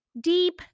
deep